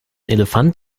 elefant